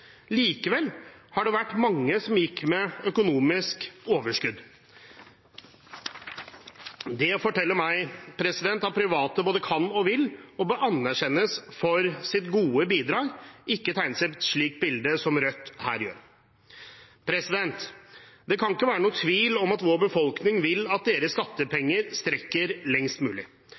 Likevel har mange gått med økonomisk overskudd. Det forteller meg at private både kan og vil og bør anerkjennes for sitt gode bidrag, ikke at man tegner et slikt bilde som Rødt her gjør. Det kan ikke være noen tvil om at vår befolkning vil at deres skattepenger skal strekke lengst mulig.